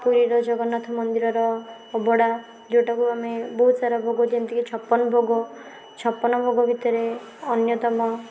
ପୁରୀର ଜଗନ୍ନାଥ ମନ୍ଦିରର ଅବଢ଼ା ଯେଉଁଟାକୁ ଆମେ ବହୁତ ସାରା ଭୋଗ ଯେମିତିକି ଛପନ ଭୋଗ ଛପନ ଭୋଗ ଭିତରେ ଅନ୍ୟତମ